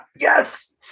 Yes